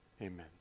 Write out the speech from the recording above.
Amen